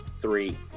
three